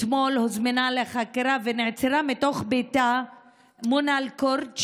אתמול הוזמנה לחקירה ונעצרה בתוך ביתה מונא אלקורד,